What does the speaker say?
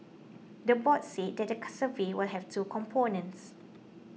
the board said that the survey will have two components